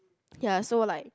ya so like